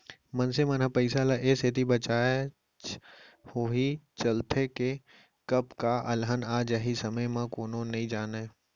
मनसे मन ह पइसा ल ए सेती बचाचत होय चलथे के कब का अलहन आ जाही समे ल कोनो नइ जानयँ